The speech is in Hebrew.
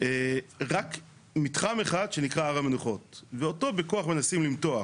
רק מתחם אחד שנקרא הר המנוחות ואותו בכוח מנסים למתוח.